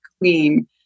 queen